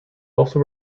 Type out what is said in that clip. also